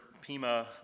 Pima